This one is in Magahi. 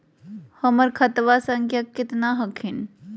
हमर खतवा संख्या केतना हखिन?